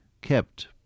kept